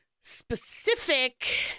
specific